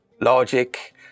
Logic